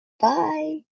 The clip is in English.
Bye